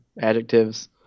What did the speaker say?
adjectives